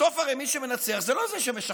בסוף הרי מי שמנצח זה לא זה שמשכנע,